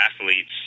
athletes